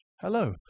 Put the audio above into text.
Hello